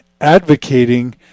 advocating